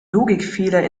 logikfehler